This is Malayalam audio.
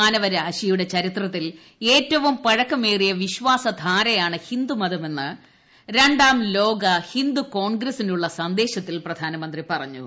മാനവരാശിയുടെ ചരിത്രത്തിൽ ഏറ്റവും പഴക്കമേറിയ വിശ്വാസ ധാരയാണ് ഹിന്ദുമതമെന്ന് രണ്ടാം ലോക ഹിന്ദുകോൺഗ്രസിനുള്ള സന്ദേശത്തിൽ പ്രധാനമന്ത്രി പറഞ്ഞു